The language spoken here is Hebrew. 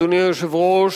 אדוני היושב-ראש,